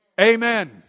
Amen